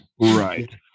right